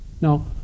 Now